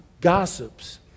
gossips